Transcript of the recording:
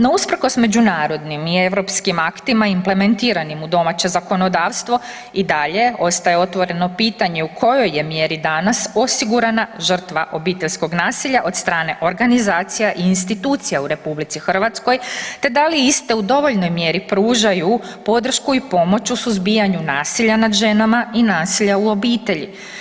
No, usprkos međunarodnim i europskim aktima implementiranim u domaće zakonodavstvo, i dalje ostaje otvoreno pitanje u kojoj je mjeri danas osigurana žrtva obiteljskog nasilja od strane organizacija i institucija u RH, te da li iste u dovoljnoj mjeri pružaju podršku i pomoć u suzbijanju nasilja nad ženama i nasilja u obitelji.